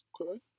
Okay